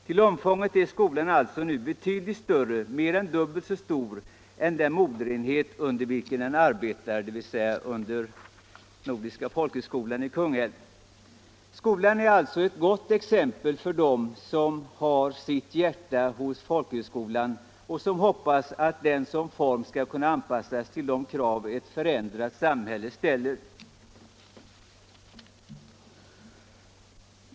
Till omfånget är skolan alltså dubbelt så stor som den moderenhet under vilken den arbetar, dvs. Nordiska folkhögskolan i Kungälv. Skolan är alltså ett gott exempel för dem som har sitt hjärta hos folkhögskolan och som hoppas att den som form skall kunna anpassas till de krav ett förändrat samhälle ställer.